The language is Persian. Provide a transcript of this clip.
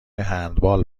هندبال